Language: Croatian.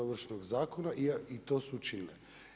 Ovršnog zakona i to su učinile.